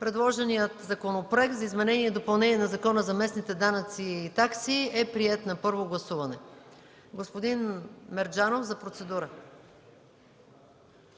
Предложеният Законопроект за изменение и допълнение на Закона за местните данъци и такси е приет на първо гласуване. Заповядайте, господин Мерджанов, за процедурно